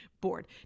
board